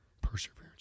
perseverance